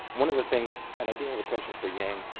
one of the things, and i do have a question for yang.